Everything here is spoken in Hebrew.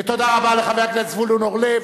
תודה רבה לחבר הכנסת זבולון אורלב.